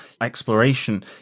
exploration